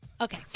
Okay